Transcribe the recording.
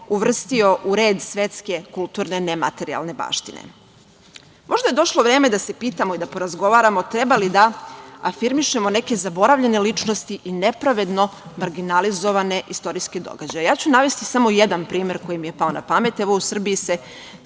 uvrstio u red svetske kulturne nematerijalne baštine. Možda je došlo vreme da se pitamo i da porazgovaramo treba li da afirmišemo neke zaboravljene ličnosti nepravedno marginalizovane istorijske događaje. Navešću samo jedan primer koji mi je pao na pamet, evo, u Srbiji se,